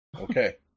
Okay